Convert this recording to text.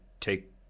take